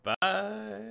Bye